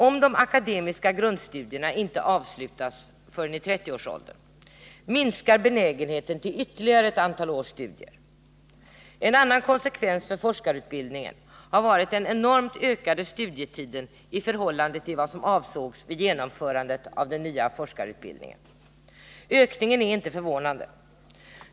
Om de akademiska grundstudierna inte avslutas förrän i 30-årsåldern, minskar benägenheten till ytterligare ett antal års studier. En annan konsekvens för forskarutbildningen har varit den enormt ökade studietiden i förhållande till vad som avsågs vid genomförandet av den nya forskarutbildningen. Ökningen är inte förvånande.